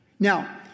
Now